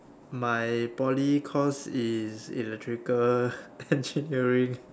my Poly course is electrical engineering